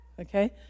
Okay